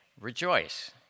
rejoice